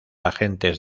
agentes